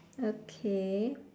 okay